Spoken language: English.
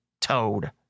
toad